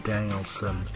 Danielson